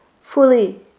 fully